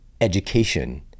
education